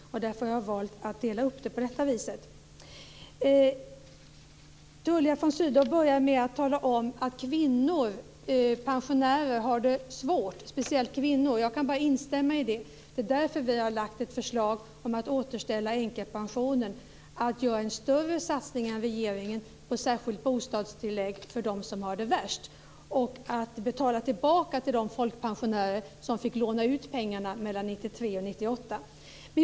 Därför har jag valt att dela upp det på detta sätt. Tullia von Sydow började med att tala om att kvinnliga pensionärer har det svårt. Jag kan bara instämma i det. Det är därför som vi har lagt fram ett förslag om att återställa änkepensionerna, att göra en större satsning än regeringen när det gäller ett särskilt bostadstillägg för dem som har det värst och att betala tillbaka pengar till de folkpensionärer som fick låna ut pengar 1993-1998.